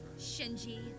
Shinji